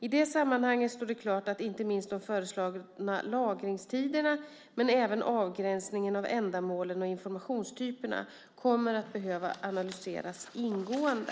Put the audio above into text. I det sammanhanget står det klart att inte minst de föreslagna lagringstiderna, men även avgränsningen av ändamålen och informationstyperna, kommer att behöva analyseras ingående.